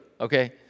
okay